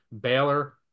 Baylor